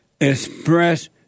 express